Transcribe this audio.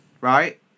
right